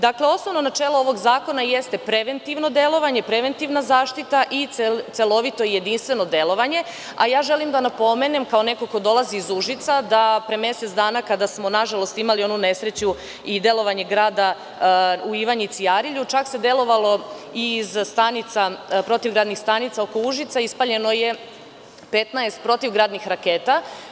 Dakle, osnovno načelo ovog zakona jeste preventivno delovanje, preventivna zaštita i celovito jedinstveno delovanje, a ja želim da napomenem, kao neko ko dolazi iz Užica, da pre mesec dana, kada smo nažalost imali onu nesreću i delovanje grada u Ivanjici i Arilju, čak se delovalo i iz protivgradnih stanica oko Užica i ispaljeno je 15 protivgradnih raketa.